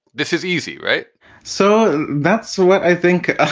this is easy. right so that's what i think.